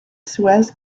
suez